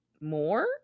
more